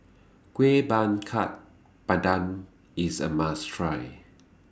Kueh Bakar Pandan IS A must Try